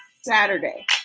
Saturday